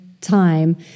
time